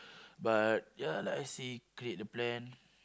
but ya like I say create the plan